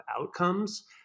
outcomes